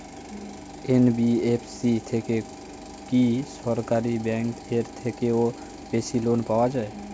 NBFC থেকে কি সরকারি ব্যাংক এর থেকেও বেশি লোন পাওয়া যায়?